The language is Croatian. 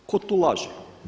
Tko tu laže?